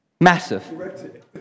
Massive